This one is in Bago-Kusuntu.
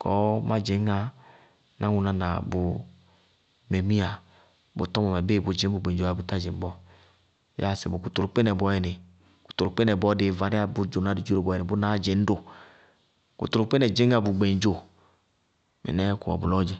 kɔɔ mádzɩñŋá náŋʋná na bʋ memia bʋ tɔmɔmɛ bɩɩ bʋdzɩñ bʋdzɩñ bʋgbeŋdzo abéé bʋtá dzɩŋ bɔɔ. Yáasɩ kʋtʋlʋkpɩnɛ bɔɔyɛnɩ kʋtʋlʋkpɩnɛ bɔɔ dɩɩ varɩya bʋdzʋnádʋ dziró bʋnáá dziñdʋ. Kʋtʋlʋkpɩnɛ dzɩñŋa bʋ gbeŋdzo. Mɩnɛɛ bʋwɛ bʋlɔɔdzɛ.